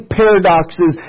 paradoxes